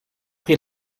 prix